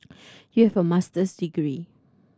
you have a Master's degree